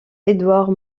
édouard